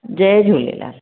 Jay Jhulelal